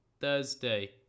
Thursday